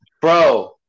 Bro